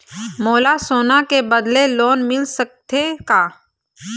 मोला सोना के बदले लोन मिल सकथे का?